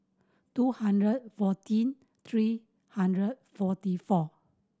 two hundred fourteen three hundred forty four